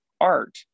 art